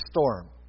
storm